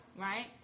right